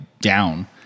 down